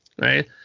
right